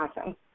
Awesome